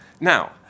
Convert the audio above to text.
Now